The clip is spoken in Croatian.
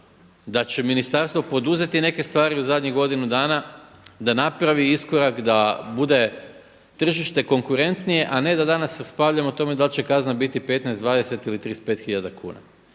da će ministarstvo poduzeti neke stvari u zadnjih godinu dana da napravi iskorak, da bude tržište konkurentnije a ne da danas raspravljamo o tome da li će kazna biti 15, 20 ili 35 hiljada kuna.